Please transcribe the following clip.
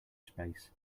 space